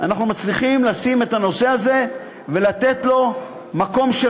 אנחנו מצליחים לשים את הנושא הזה ולתת לו מקום של